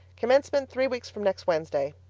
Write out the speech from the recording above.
commencement three weeks from next wednesday.